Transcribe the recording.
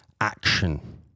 action